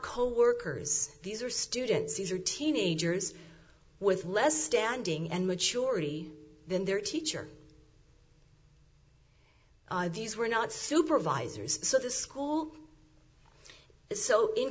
coworkers these are students these are teenagers with less standing and maturity than their teacher these were not supervisors of the school so in